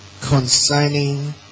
concerning